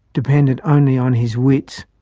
dependent only on his wits,